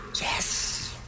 Yes